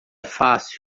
fácil